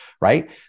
right